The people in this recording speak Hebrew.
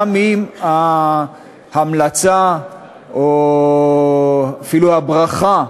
גם אם ההמלצה או אפילו הברכה,